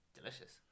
Delicious